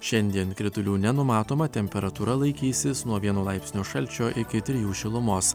šiandien kritulių nenumatoma temperatūra laikysis nuo vieno laipsnio šalčio iki trijų šilumos